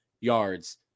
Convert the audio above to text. yards